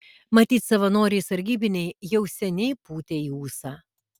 matyt savanoriai sargybiniai jau seniai pūtė į ūsą